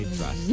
trust